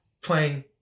playing